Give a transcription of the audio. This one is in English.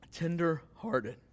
Tender-hearted